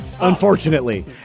unfortunately